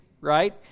right